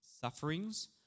sufferings